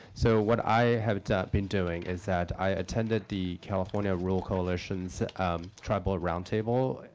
so what i have been doing is that i attended the california rural coalitions um tribal roundtable